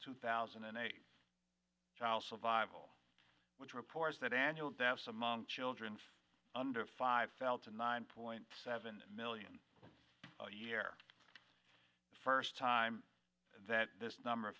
two thousand and eight child survival which reports that annual decimo on children under five fell to nine point seven million a year first time that this number of